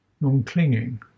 non-clinging